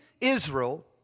Israel